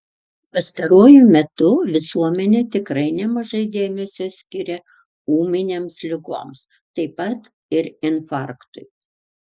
pastaruoju metu visuomenė tikrai nemažai dėmesio skiria ūminėms ligoms taip pat ir infarktui